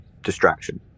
distraction